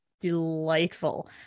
delightful